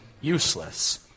useless